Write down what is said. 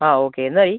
ആ ഓക്കെ എന്തായി